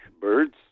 birds